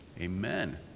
Amen